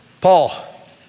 Paul